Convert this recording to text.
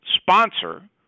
sponsor